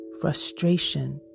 frustration